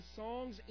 songs